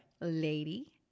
lady